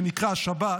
שנקרא השבת,